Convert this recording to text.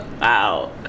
Wow